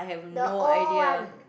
the old one